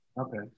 Okay